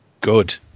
good